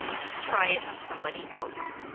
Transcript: should try it on somebody else?